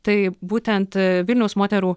tai būtent vilniaus moterų